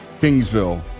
Kingsville